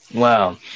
wow